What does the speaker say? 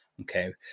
okay